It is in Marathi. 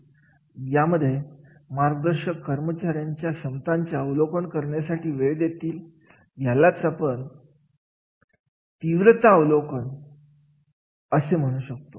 मग यामध्ये मार्गदर्शक कामगारांच्या क्षमतांचे अवलोकन करण्यासाठी वेळ देतील यालाच आपण पण तीव्रता अवलोकन म्हणू शकतो